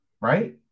Right